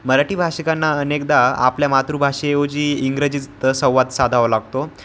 मराठी भाषिकांना अनेकदा आपल्या मातृभाषेऐवजी इंग्रजीत संवाद साधावा लागतो